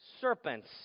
Serpents